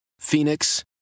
Phoenix